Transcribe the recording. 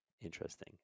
Interesting